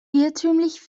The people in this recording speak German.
irrtümlich